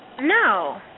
No